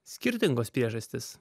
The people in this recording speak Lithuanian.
skirtingos priežastys